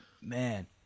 man